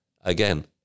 again